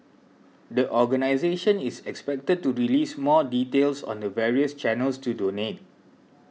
the organisation is expected to release more details on the various channels to donate